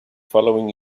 following